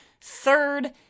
third